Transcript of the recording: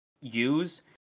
use